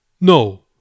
no